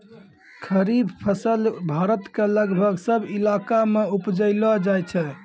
खरीफ फसल भारत के लगभग सब इलाका मॅ उपजैलो जाय छै